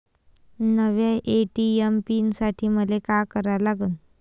नव्या ATM pin साठी मले का करा लागन?